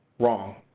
wrong.